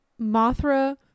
Mothra